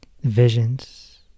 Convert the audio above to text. Visions